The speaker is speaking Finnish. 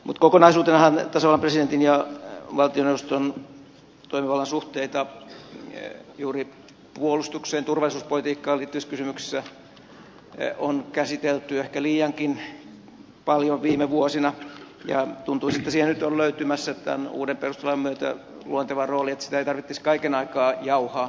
mutta kokonaisuutenahan tasavallan presidentin ja valtioneuvoston toimivallan suhteita juuri puolustukseen ja turvallisuuspolitiikkaan liittyvissä kysymyksissä on käsitelty ehkä liiankin paljon viime vuosina ja tuntuu että siihen on nyt löytymässä tämän uuden perustuslain myötä luonteva rooli että sitä ei tarvitsisi kaiken aikaa jauhaa